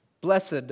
Blessed